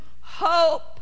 hope